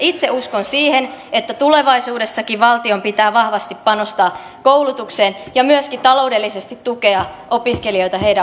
itse uskon siihen että tulevaisuudessakin valtion pitää vahvasti panostaa koulutukseen ja myöskin taloudellisesti tukea opiskelijoita heidän opinnoissaan